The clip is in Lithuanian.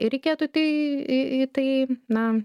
ir reikėtų į tai į į tai na